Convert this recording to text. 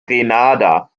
grenada